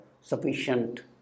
sufficient